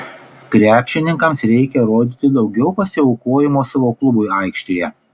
krepšininkams reikia rodyti daugiau pasiaukojimo savo klubui aikštėje